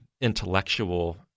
intellectual